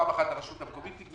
פעם אחת הרשות המקומית תגבה,